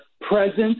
presence